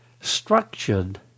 structured